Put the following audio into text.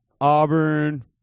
Auburn